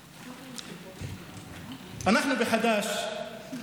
אנחנו, חד"ש,